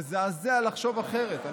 מזעזע לחשוב אחרת.